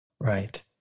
Right